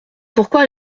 pourquoi